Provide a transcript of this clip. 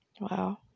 Wow